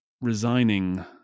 resigning